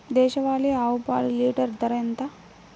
దేశవాలీ ఆవు పాలు లీటరు ధర ఎంత?